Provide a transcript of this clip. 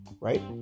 right